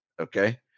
Okay